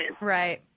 right